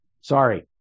Sorry